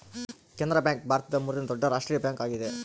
Canara bank ಭಾರತದ ಮೂರನೇ ದೊಡ್ಡ ರಾಷ್ಟ್ರೀಯ ಬ್ಯಾಂಕ್ ಆಗಿದೆ